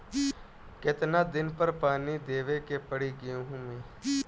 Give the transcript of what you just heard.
कितना दिन पर पानी देवे के पड़ी गहु में?